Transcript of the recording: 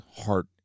heart